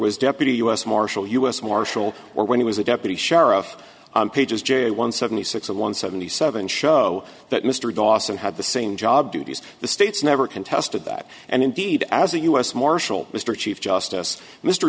was deputy u s marshal u s marshal or when he was a deputy sheriff pages j one seventy six and one seventy seven show that mr dawson had the same job duties the state's never contested that and indeed as a u s marshal mr chief justice mr